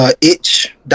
itch